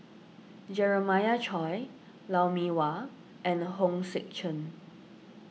Jeremiah Choy Lou Mee Wah and Hong Sek Chern